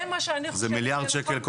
זה מיליארד שקל,